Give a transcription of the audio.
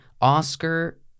Oscar